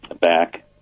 back